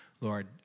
Lord